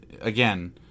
again